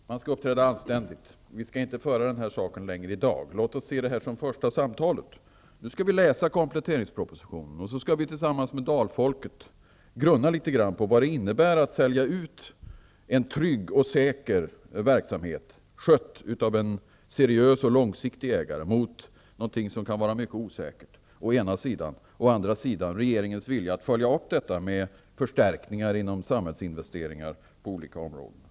Herr talman! Man skall uppträda anständigt. Vi skall inte föra den här frågan längre i dag. Låt oss se detta som det första samtalet. Nu skall vi ta del av kompletteringspropositionen. Sedan skall vi tillsammans med Dalfolket å ena sidan grunna litet grand på vad det innebär att sälja ut en trygg och säker verksamhet, skött av en seriös och långsiktig ägare till någonting som kan vara mycket osäkert. Å andra sidan får vi se regeringens villighet att följa upp detta med förstärkningar genom samhällsinvesteringar på olika områden.